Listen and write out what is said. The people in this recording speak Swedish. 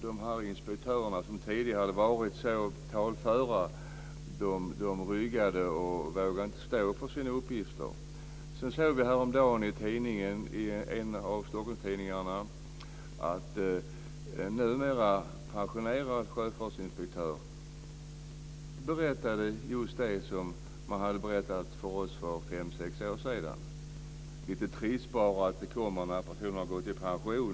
De inspektörer som tidigare hade varit så talföra ryggade och vågade inte stå för sina uppgifter. Häromdagen såg vi i en av Stockholmstidningarna att en numera pensionerad sjöfartsinspektör berättade just det de hade berättat för oss för fem sex år sedan. Det är bara lite trist att det kommer när personen har gått i pension.